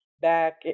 back